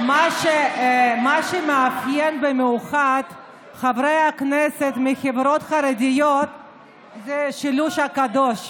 מה שמאפיין במיוחד חברי כנסת מחברות חרדיות זה השילוש הקדוש.